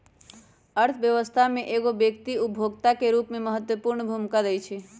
अर्थव्यवस्था में एगो व्यक्ति उपभोक्ता के रूप में महत्वपूर्ण भूमिका दैइ छइ